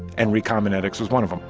and recombinetics was one of them.